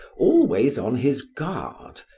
always on his guard,